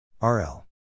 RL